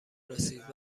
رسید